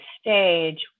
stage